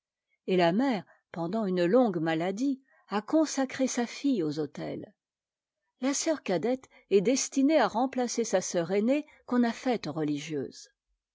et la mère pendant une longue maladie a consacré sa fille aux autets la sœur cadette est destinée à remplacer sa sœur aînée qu'on a faite religieuse